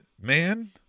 man